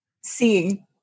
seeing